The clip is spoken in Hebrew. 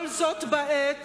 כל זאת בעת